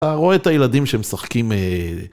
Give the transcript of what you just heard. אתה רואה את הילדים שהם משחקים אההה